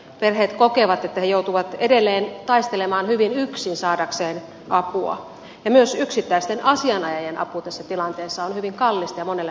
perheet kokevat että he joutuvat edelleen taistelemaan hyvin yksin saadakseen apua ja myös yksittäisten asianajajien apu tässä tilanteessa on hyvin kallista ja monelle mahdotonta